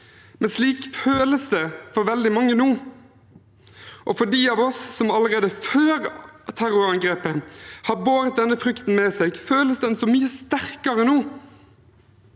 men slik føles det for veldig mange nå. For dem av oss som allerede før terrorangrepet har båret denne frykten med seg, føles den mye sterkere nå.